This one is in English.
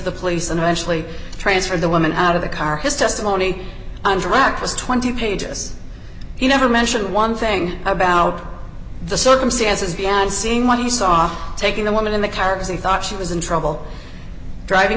the police and eventually transferred the woman out of the car his testimony and lack was twenty pages he never mentioned one thing about the circumstances beyond seeing what he saw taking the woman in the cars and thought she was in trouble driving